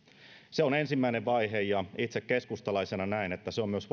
se on ensimmäinen vaihe ja itse keskustalaisena näen että se on myös